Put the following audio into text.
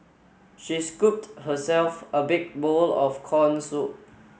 she scooped herself a big bowl of corn soup